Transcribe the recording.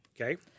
Okay